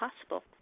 possible